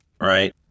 right